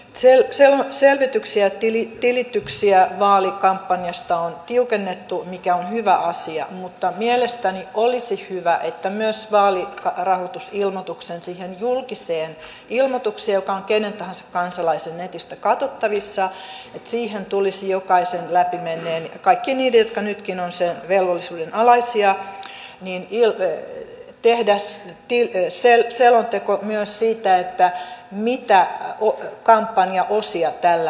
nythän näitä selvityksiä ja tilityksiä vaalikampanjasta on tiukennettu mikä on hyvä asia mutta mielestäni olisi hyvä että myös vaalirahoitusilmoituksen siihen julkiseen ilmoitukseen mikä on kenen tahansa kansalaisen netistä katsottavissa tulisi jokaisen läpi menneen kaikkien niiden jotka nytkin ovat sen velvollisuuden alaisia tehdä selonteko myös siitä mitä kampanjaosia tällä on käytetty